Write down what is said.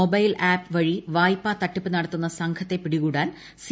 mobile app വഴി വായ്പാ തട്ടിപ്പ് നടത്തുന്ന പ്പെട്ഘത്തെ പിടികൂടാൻ് സി